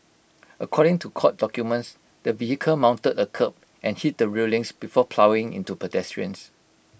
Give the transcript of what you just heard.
according to court documents the vehicle mounted A kerb and hit the railings before ploughing into pedestrians